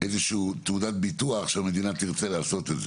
איזה שהיא תעודת ביטוח שהמדינה תרצה לעשות את זה,